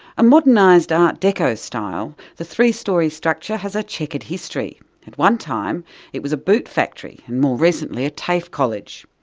a modernised art-deco style, the three-storey structure has a chequered history at one time it was a boot factory, and more recently, a tafe college.